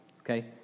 Okay